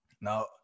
Now